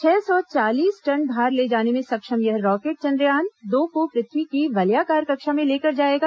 छह सौ चालीस टन भार ले जाने में सक्षम यह रॉकेट चंद्रयान दो को पृथ्वी की वलयाकार कक्षा में लेकर जाएगा